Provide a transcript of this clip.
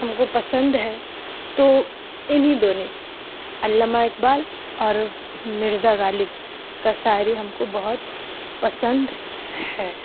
ہم کو پسند ہے تو انہیں دونوں علامہ اقبال اور مرزا غالب کا شاعری ہم کو بہت پسند ہے